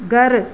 घरु